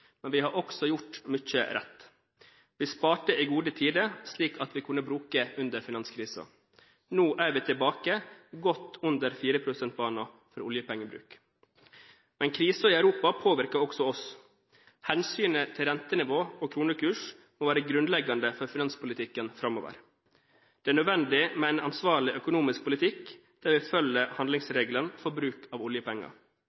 Men vi har også gjort mye rett. Vi sparte i gode tider, slik at vi hadde noe å bruke under finanskrisen. Nå er vi tilbake godt under fireprosentbanen for oljepengebruk. Men krisen i Europa påvirker også oss. Hensynet til rentenivå og kronekurs må være grunnleggende for finanspolitikken framover. Det er nødvendig med en ansvarlig økonomisk politikk, der vi følger